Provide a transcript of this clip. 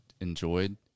enjoyed